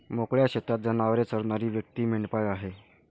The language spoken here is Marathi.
मोकळ्या शेतात जनावरे चरणारी व्यक्ती मेंढपाळ आहे